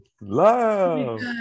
love